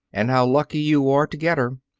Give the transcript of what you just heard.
and how lucky you are to get her.